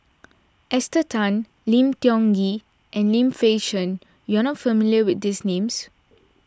Esther Tan Lim Tiong Ghee and Lim Fei Shen you are not familiar with these names